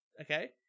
Okay